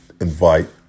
invite